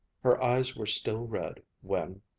her eyes were still red when,